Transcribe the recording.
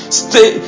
stay